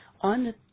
on